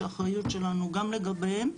שהאחריות שלנו גם לגביהם,